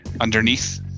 underneath